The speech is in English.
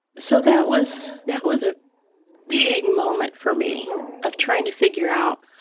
so that was that was a big moment for me of trying to figure out,